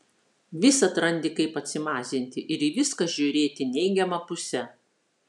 visad randi kaip atsimazinti ir į viską žiūrėti neigiama puse